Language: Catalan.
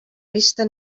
vista